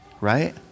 right